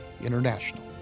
International